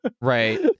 Right